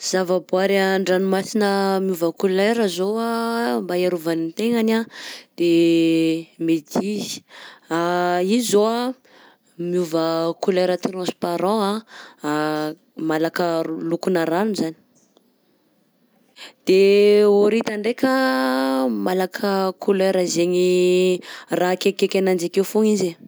Zavaboary an-dranomasina miova couleur izao anh mba iarovany ny tegnany anh de méduse, izy izao anh miova couleur transparent anh malaka ro- lokonà rano zany. _x000D_ De horita ndraika malaka couleur zaigny raha akaikikaiky ananjy akeo foagna izy.